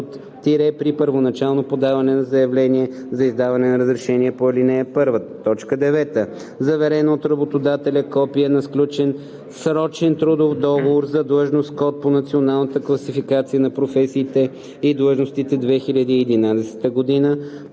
труд – при първоначално подаване на заявление за издаване на разрешение по ал. 1; 9. заверено от работодателя копие на сключен срочен трудов договор, за длъжност с код по Националната класификация на професиите и длъжностите, 2011 г.,